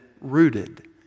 rooted